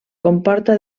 comporta